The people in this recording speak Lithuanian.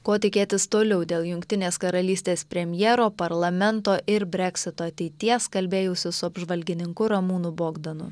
ko tikėtis toliau dėl jungtinės karalystės premjero parlamento ir breksito ateities kalbėjausi su apžvalgininku ramūnu bogdanu